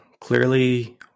clearly